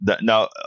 Now